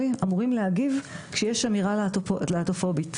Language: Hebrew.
אמורים להגיב כשיש אמירה להט"בופובית,